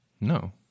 No